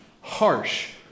harsh